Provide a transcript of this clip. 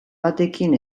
batekin